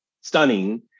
stunning